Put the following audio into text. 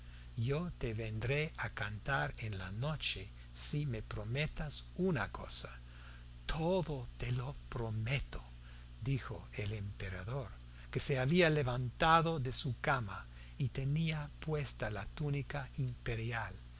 yo te vendré a cantar en la noche si me prometes una cosa todo te lo prometo dijo el emperador que se había levantado de su cama y tenía puesta la túnica imperial